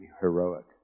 heroic